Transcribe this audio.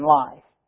life